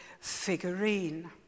figurine